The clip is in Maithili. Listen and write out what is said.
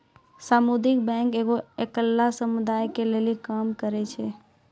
समुदायिक बैंक एगो अकेल्ला समुदाय के लेली काम करै छै